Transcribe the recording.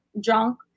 drunk